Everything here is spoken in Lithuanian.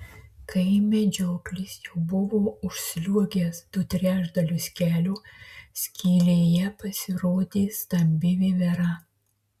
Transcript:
kai medžioklis jau buvo užsliuogęs du trečdalius kelio skylėje pasirodė stambi vivera